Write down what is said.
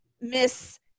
Miss